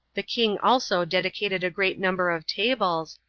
the king also dedicated a great number of tables,